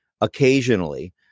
occasionally